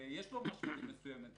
ויש לו משמעות מסוימת מבחינתנו.